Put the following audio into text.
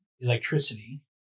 electricity